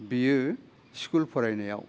बेयो स्कुल फरायनायाव